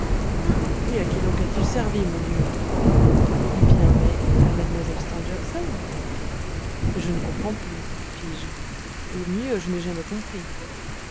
et à qui donc a-t-il servi mon dieu eh bien mais à mlle stangerson je ne comprends plus fis-je ou mieux je n'ai jamais compris